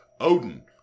Odin